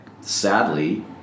sadly